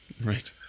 Right